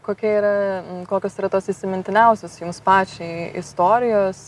kokia yra kokios yra tos įsimintiniausios jums pačiai istorijos